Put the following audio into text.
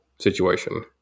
situation